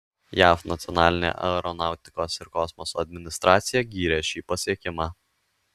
jav nacionalinė aeronautikos ir kosmoso administracija gyrė šį pasiekimą